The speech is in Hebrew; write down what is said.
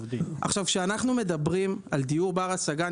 כשאנחנו מדברים על דיור בר השגה,